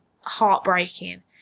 heartbreaking